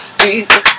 Jesus